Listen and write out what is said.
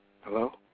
Hello